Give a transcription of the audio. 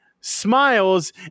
smiles